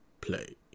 play